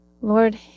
Lord